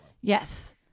Yes